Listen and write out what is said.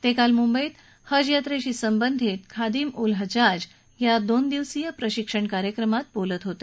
ते काल मुंबईत हज यात्रेशी संबंधित खादिम उल हज्जाज या दोन दिवसीय प्रशिक्षण कार्यक्रमात बोलत होते